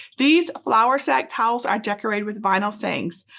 these flour sack towels are decorated with vinyl sayings.